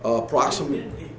approximately